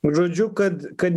žodžiu kad kad